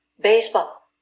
Baseball